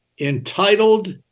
entitled